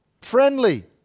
friendly